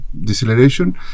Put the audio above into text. deceleration